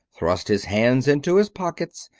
thrust his hands into his pockets,